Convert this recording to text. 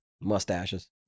Mustaches